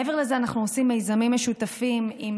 מעבר לזה, אנחנו עושים מיזמים משותפים עם